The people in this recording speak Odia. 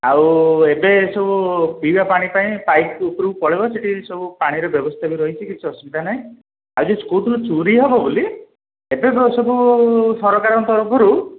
ଆଉ ଏବେ ସବୁ ପିଇବା ପାଣି ପାଇଁ ପାଇପ୍ ଉପରକୁ ପଳାଇବ ସେଠି ସବୁ ପାଣିର ବ୍ୟବସ୍ଥା ବି ରହିଛି କିଛି ଅସୁବିଧା ନାହିଁ ଆଉ ଯେଉଁ କହୁଥିଲ ଚୋରି ହେବ ବୋଲି ଏବେ କ'ଣ ସବୁ ସରକାରଙ୍କ ତରଫରୁ